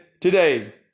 today